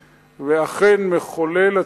ואכן מחולל הציונות המדינית,